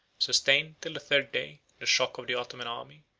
sustained, till the third day, the shock of the ottoman army,